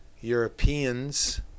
europeans